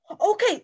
okay